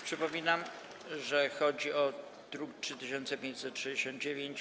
Przypominam, że chodzi o druk nr 3569.